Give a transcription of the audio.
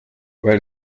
weil